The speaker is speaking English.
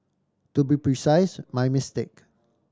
to be precise my mistake